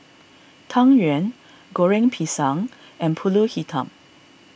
Tang Yuen Goreng Pisang and Pulut Hitam